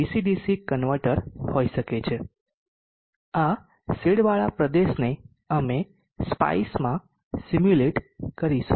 આ શેડવાળા પ્રદેશને અમે SPICE માં સિમ્યુલેટ કરીશું